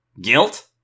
Guilt